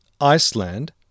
Iceland